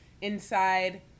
inside